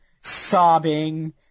sobbing